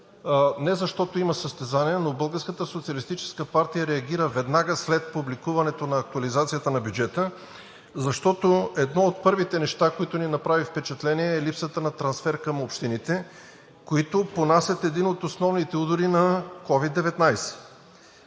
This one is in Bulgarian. социалистическа партия реагира веднага след публикуването на актуализацията на бюджета, защото едно от първите неща, което ни направи впечатление, е липсата на трансфер към общините, които понасят един от основните удари на COVID-19.